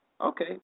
Okay